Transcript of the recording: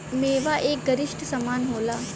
मेवा एक गरिश्ट समान होला